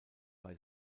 bei